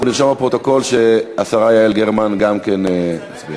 אנחנו נרשום בפרוטוקול שהשרה יעל גרמן גם כן הצביעה.